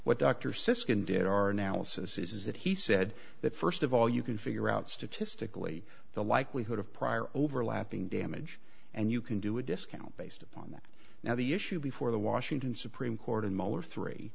siskind did our analysis is that he said that first of all you can figure out statistically the likelihood of prior overlapping damage and you can do a discount based upon that now the issue before the washington supreme court in miller three